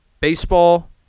Baseball